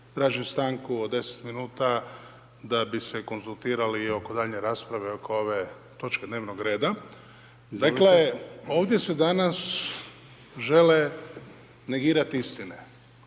tražim stanku od 10 minuta da bi se konzultirali oko daljnje rasprave oko ove točke dnevnog reda. Dakle, ovdje se danas žele negirati istine,